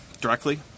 directly